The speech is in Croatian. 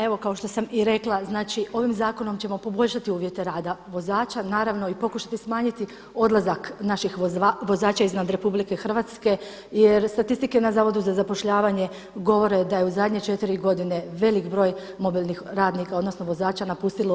Evo kao što sam i rekla znači ovim zakonom ćemo poboljšati uvjete rada vozača naravno i pokušati smanjiti odlazak naših vozača izvan RH jer statistike na Zavodu za zapošljavanje govore da je u zadnje četiri godine mobilnih radnika odnosno vozača napustilo RH.